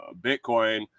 Bitcoin